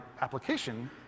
application